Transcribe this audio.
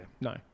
No